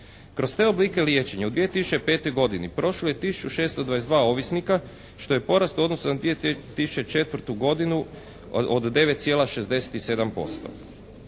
Kroz sve oblike liječenja u 2005. godini prošlo je tisuću 622 ovisnika što je porast u odnosu na 2004. godinu od 9,67%.